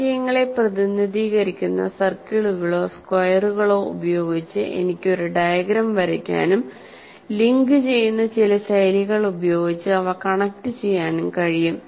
ആശയങ്ങളെ പ്രതിനിധീകരിക്കുന്ന സർക്കിളുകളോ സ്ക്വയറുകളോ ഉപയോഗിച്ച് എനിക്ക് ഒരു ഡയഗ്രം വരയ്ക്കാനും ലിങ്കുചെയ്യുന്ന ചില ശൈലികൾ ഉപയോഗിച്ച് അവ കണക്റ്റുചെയ്യാനും കഴിയും